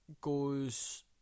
goes